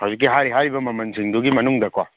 ꯍꯧꯖꯤꯛꯀꯤ ꯍꯥꯏꯔꯤ ꯍꯥꯏꯔꯤꯕ ꯃꯃꯟꯁꯤꯡꯗꯨꯒꯤ ꯃꯅꯨꯡꯗꯀꯣ